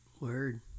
word